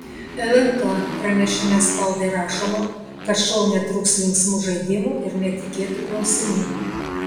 lnk pranešime spaudai rašoma kad šou netrūks linksmų žaidimų ir netikėtų klausimų